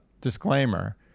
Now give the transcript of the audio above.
disclaimer